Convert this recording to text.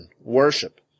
Worship